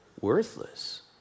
Worthless